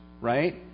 right